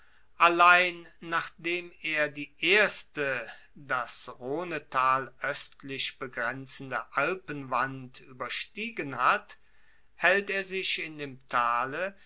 allein nachdem er die erste das rhonetal oestlich begrenzende alpenwand ueberstiegen hat haelt er sich in dem tale